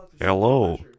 Hello